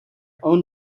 own